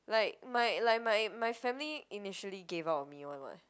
like my like my my family initially gave up on me [one] [what]